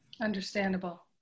Understandable